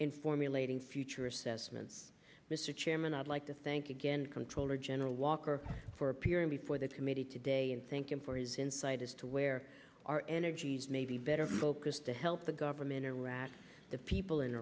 in formulating future assessments mr chairman i'd like to thank again controller general walker for appearing before the committee today and thank him for his insight as to where our energies may be better focused to help the government of iraq the people in